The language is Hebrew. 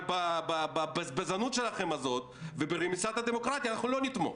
אבל בבזבזנות הזאת שלכם וברמיסת הדמוקרטיה אנחנו לא נתמוך.